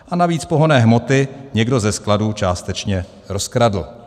A navíc pohonné hmoty někdo ze skladu částečně rozkradl.